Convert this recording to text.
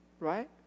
Right